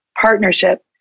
partnership